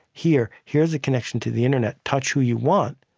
here, here's a connection to the internet touch who you want.